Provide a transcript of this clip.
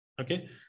Okay